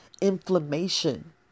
inflammation